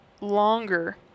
longer